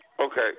Okay